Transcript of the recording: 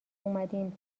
اومدیم